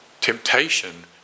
temptation